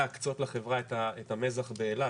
להקצות לחברה את המזח באילת,